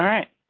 right.